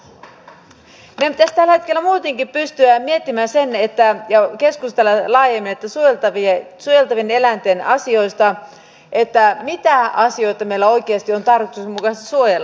meidän pitäisi tällä hetkellä muutenkin pystyä miettimään ja keskustelemaan laajemmin suojeltavien eläinten asioista mitä asioita meidän on oikeasti tarkoituksenmukaista suojella